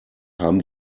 haben